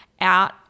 out